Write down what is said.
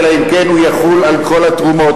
אלא אם כן הוא יחול על כל התרומות.